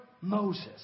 Moses